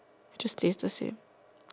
just yesterday